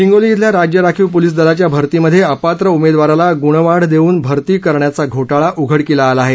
हिंगोली येथील राज्य राखीव पोलीस दलाच्या भरतीमध्ये अपात्र उमेदवाराला गुणवाढ देवून भरती करण्याचा घोटाळा उघडकीस आला आहे